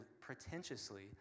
pretentiously